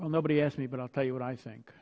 well nobody asked me but i'll tell you what i think